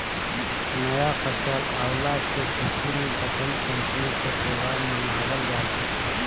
नया फसल अवला के खुशी में वसंत पंचमी के त्यौहार मनावल जाला